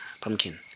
Pumpkin